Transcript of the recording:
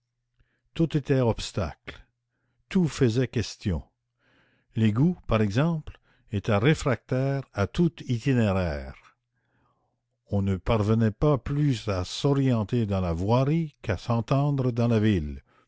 tout était obstacle tout faisait question l'égout par exemple était réfractaire à tout itinéraire on ne parvenait pas plus à s'orienter dans la voirie qu'à s'entendre dans la ville